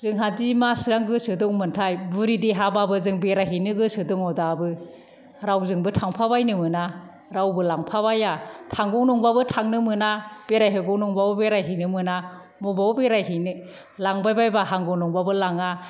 जोंहादि मासिबां गोसो दंमोनथाय बुरि देहाबाबो जों बेरायहैनो गोसो दङ दाबो रावजोंबो थांफाबायनो मोना रावबो लांफाबाया थांगौ नंबाबो थांनो मोना बेरायहैगौ नंबाबो बेरायहैनो मोना बबाव बेरायहैनो लांबायबायबा हामगौ नंबाबो लाङा